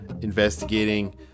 investigating